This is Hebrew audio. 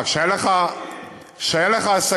טלב אבו עראר,